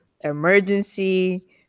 emergency